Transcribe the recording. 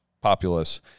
populace